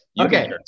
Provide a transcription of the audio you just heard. Okay